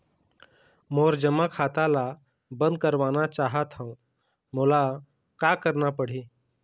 मोर जमा खाता ला बंद करवाना चाहत हव मोला का करना पड़ही?